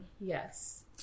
Yes